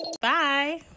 Bye